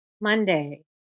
monday